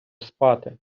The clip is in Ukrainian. спати